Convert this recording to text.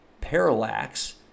parallax